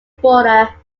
border